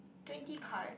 twenty card